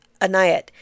Anayat